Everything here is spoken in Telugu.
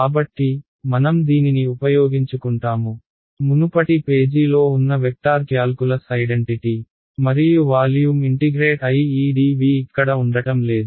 కాబట్టి మనం దీనిని ఉపయోగించుకుంటాము మునుపటి పేజీలో ఉన్న vector calculus identity refer time 1652 మరియు వాల్యూమ్ ఇంటిగ్రేట్ అయి ఈ dV ఇక్కడ ఉండటం లేదు